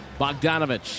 Bogdanovich